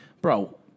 Bro